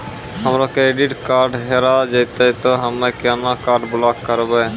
हमरो credit card हेरा जेतै ते हम्मय केना कार्ड ब्लॉक करबै?